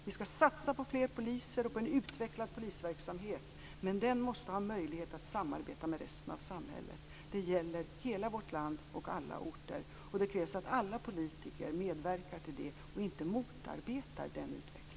Vi skall satsa på fler poliser och utvecklad polisverksamhet, men den måste ha möjlighet att samarbeta med resten av samhället. Det gäller hela vårt land och alla orter. Det krävs att alla politiker medverkar till det och inte motarbetar den utvecklingen.